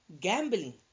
gambling